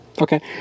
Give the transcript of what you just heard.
okay